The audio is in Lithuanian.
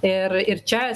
ir ir čia